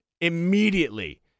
immediately